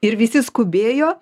ir visi skubėjo